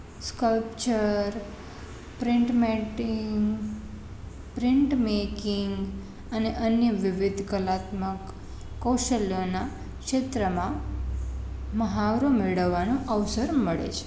sculpture print મેટીંગ print making અને અન્ય વિવિધ કલાત્મક કૌશલ્યોના ક્ષેત્રોમાં મહાવરો મેળવવાનો અવસર મળે છે